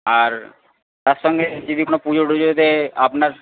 আর তার সঙ্গে যদি কোনও পুজো টুজোতে আপনার